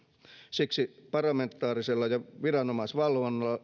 siksi parlamentaarisella ja viranomaisvalvonnalla